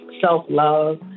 self-love